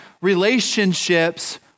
relationships